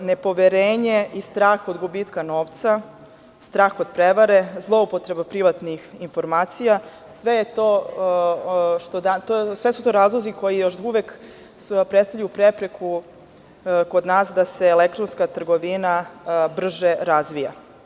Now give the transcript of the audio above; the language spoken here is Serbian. nepoverenje i strah od gubitka novca, strah od prevare, zloupotreba privatnih informacija, sve su to razlozi koji još uvek predstavljaju prepreku kod nas da se elektronska trgovina brže razvija.